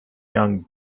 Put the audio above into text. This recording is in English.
young